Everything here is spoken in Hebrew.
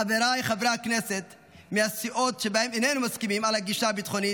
חבריי חברי הכנסת מהסיעות שעימן איננו מסכימים על הגישה הביטחונית,